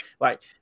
right